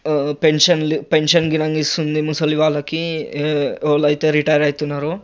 పెంక్షన్లు pension కుడా ఇస్తుంది ముసలి వాళ్ళకి ఎవరైతే రిటైర్ అయితున్నారో